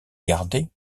garder